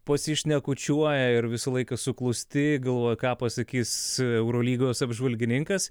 pasišnekučiuoja ir visą laiką suklūsti galvoji ką pasakys eurolygos apžvalgininkas